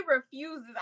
refuses